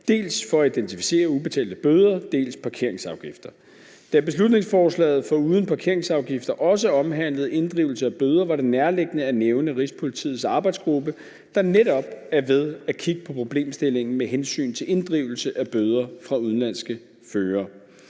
for at identificere dels ubetalte bøder, dels parkeringsafgifter. Da beslutningsforslaget foruden parkeringsafgifter også omhandlede inddrivelse af bøder, var det nærliggende at nævne Rigspolitiets arbejdsgruppe, der netop er ved at kigge på problemstillingen med hensyn til inddrivelse af bøder fra udenlandske førere.